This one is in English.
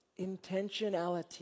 Intentionality